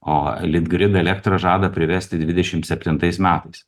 o litgrid elektrą žada privesti dvidešim septintais metais